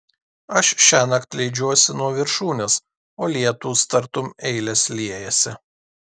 aš šiąnakt leidžiuosi nuo viršūnės o lietūs tartum eilės liejasi